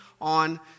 on